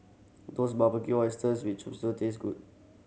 does Barbecued Oysters with taste good